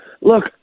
Look